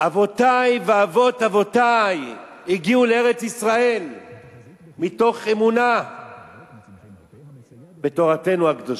אבותי ואבות אבותי הגיעו לארץ-ישראל מתוך אמונה בתורתנו הקדושה,